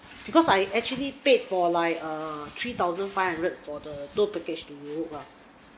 because I actually paid for like uh three thousand five hundred for the tour package to europe lah